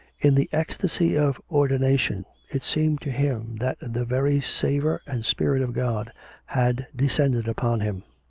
in the ecstasy of ordination it seemed to him that the very savour and spirit of god had descended upon him.